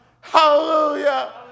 Hallelujah